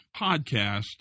podcast